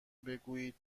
بگویید